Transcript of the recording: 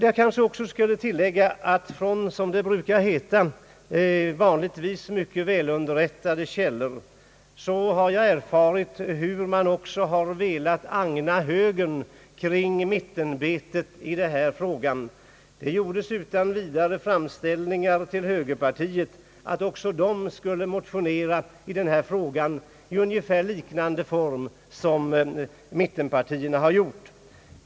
Jag kan tillägga att från som det brukar heta vanligtvis mycket välunderrättade källor har jag erfarit hur man också velat agna högern kring mittenbetet i denna fråga. Det gjordes framställningar till högerpartiet att även högern skulle motionera i denna fråga i ungefär liknande form som mittenpartierna gjort.